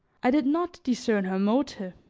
i did not discern her motive,